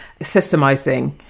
systemizing